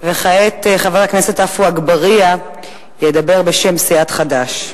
כעת, חבר הכנסת עפו אגבאריה ידבר בשם סיעת חד"ש.